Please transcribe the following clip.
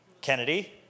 Kennedy